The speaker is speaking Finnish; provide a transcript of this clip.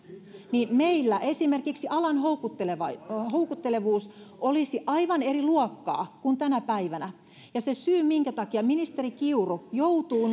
meillä esimerkiksi alan houkuttelevuus olisi aivan eri luokkaa kuin tänä päivänä se syy minkä takia ministeri kiuru joutuu